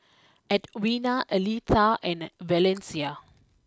Edwina Aletha and Valencia